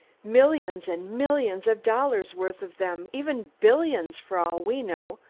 millions and millions of dollars' worth of them, even billions, for all we know,